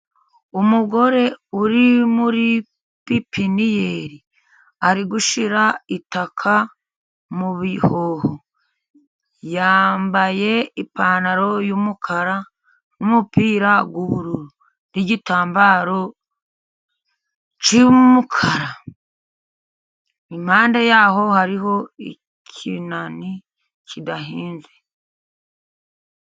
Umugore uri muri pepiniyeri. Ari gushyira itaka mu bihoho. Yambaye ipantaro y'umukara n'umupira n'igitambaro cy'umukara. Impande yaho hariho ikinani kidahinze.